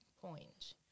point